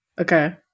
Okay